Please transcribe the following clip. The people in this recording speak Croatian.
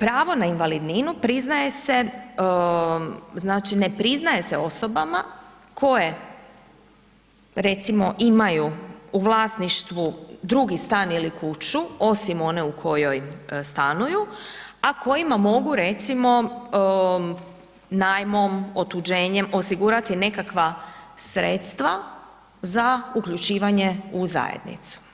pravo na invalidninu priznaje se, znači ne priznaje se osobama koje recimo imaju u vlasništvu drugi stan ili kuću, osim one u kojoj stanuju, a kojima mogu recimo, najmom, otuđenjem osigurati nekakva sredstva za uključivanje u zajednicu.